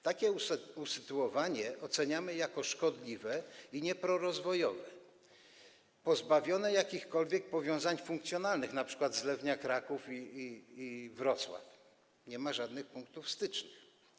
Takie usytuowanie oceniamy jako szkodliwe, nieprorozwojowe i pozbawione jakichkolwiek powiązań funkcjonalnych, np. zlewnie Kraków i Wrocław nie mają żadnych punktów stycznych.